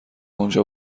اونجا